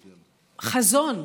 חזון.